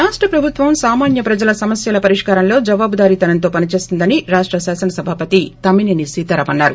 రాష్ట ప్రభుత్వం సామాన్య ప్రజల సమస్యల పరిష్కారంలో జవాబుదారీ తనంతో పనిచేస్తుందన్ రాష్ట శాసన సభాపతి తమ్మినేని సీతారాం అన్నారు